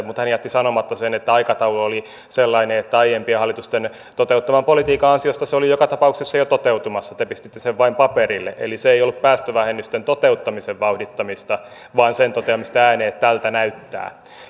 mutta hän jätti sanomatta sen että aikataulu oli sellainen että aiempien hallitusten toteuttaman politiikan ansiosta se oli joka tapauksessa jo toteutumassa te pistitte sen vain paperille eli se ei ollut päästövähennysten toteuttamisen vauhdittamista vaan sen toteamista ääneen että tältä näyttää